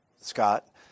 scott